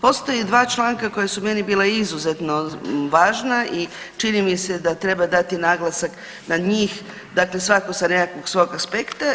Postoje dva članka koja su meni bila izuzetno važna i čini mi se da treba dati naglasak na njih, dakle svatko sa nekakvog svog aspekta.